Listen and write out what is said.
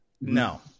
No